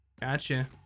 gotcha